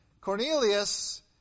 Cornelius